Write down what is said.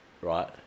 right